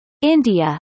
India